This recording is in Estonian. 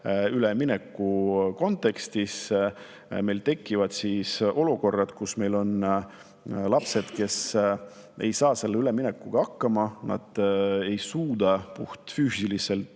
ülemineku kontekstis. Meil tekivad olukorrad, kus meil on lapsed, kes ei saa selle üleminekuga hakkama, nad puhtfüüsiliselt